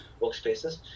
workspaces